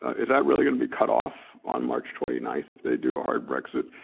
is that really gonna be cut off on march twenty ninth if they do a hard brexit?